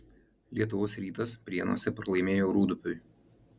lietuvos rytas prienuose pralaimėjo rūdupiui